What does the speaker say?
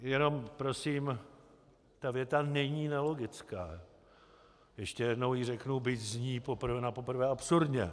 Jenom prosím, ta věta není nelogická, ještě jednou ji řeknu, byť zní napoprvé absurdně.